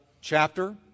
chapter